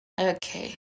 Okay